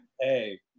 hey